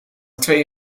twee